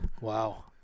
Wow